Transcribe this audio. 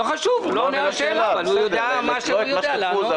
לא חשוב, הוא עונה מה שהוא יודע לענות.